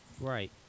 Right